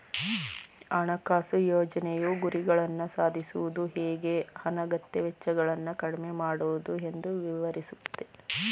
ಹಣಕಾಸು ಯೋಜ್ನೆಯು ಗುರಿಗಳನ್ನ ಸಾಧಿಸುವುದು ಹೇಗೆ ಅನಗತ್ಯ ವೆಚ್ಚಗಳನ್ನ ಕಡಿಮೆ ಮಾಡುವುದು ಎಂದು ವಿವರಿಸುತ್ತೆ